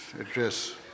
address